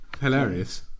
hilarious